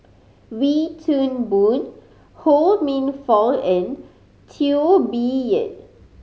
Wee Toon Boon Ho Minfong and Teo Bee Yen